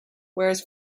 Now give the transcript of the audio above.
whereas